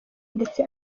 ndetse